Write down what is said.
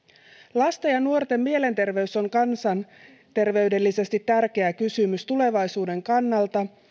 lasten ja nuorten mielenterveys on kansanterveydellisesti tärkeä kysymys tulevaisuuden kannalta